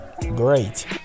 great